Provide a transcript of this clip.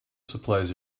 supplies